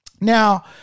Now